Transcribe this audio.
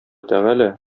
тәгалә